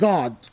God